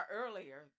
earlier